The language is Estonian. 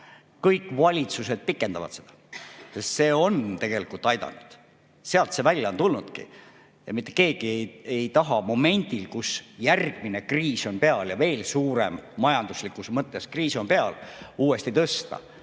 kõik valitsused pikendavad seda, sest see on tegelikult aidanud, sealt see välja on tulnudki. Mitte keegi ei taha momendil, kui järgmine kriis on peal ja majanduslikus mõttes veel suurem kriis on peal, uuesti